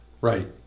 Right